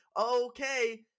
Okay